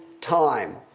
time